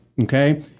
okay